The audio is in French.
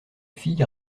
fille